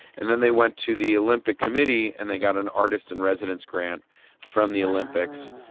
and then they went to the olympic committee and they got an artist in residence grant from the olympics.